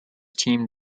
team